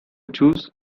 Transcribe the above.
choose